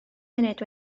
munud